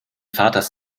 vaters